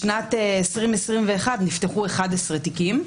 בשנת 2021 נפתחו 11 תיקים.